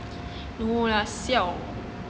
no lah siao